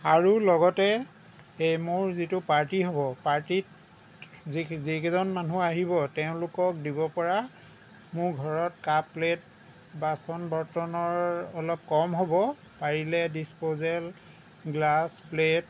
আৰু লগতে এই মোৰ যিটো পাৰ্টী হ'ব পাৰ্টীত যিকেইজন মানুহ আহিব তেওঁলোকক দিব পৰা মোৰ ঘৰত কাপ প্লেট বাচন বৰ্তনৰ অলপ কম হ'ব পাৰিলে দিচপ'জেল গ্লাছ প্লেট